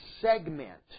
segment